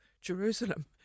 Jerusalem